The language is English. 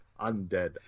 Undead